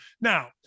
Now